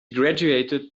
graduated